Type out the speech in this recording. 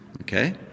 Okay